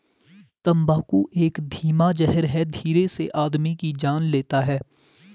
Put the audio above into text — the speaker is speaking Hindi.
तम्बाकू एक धीमा जहर है धीरे से आदमी की जान लेता है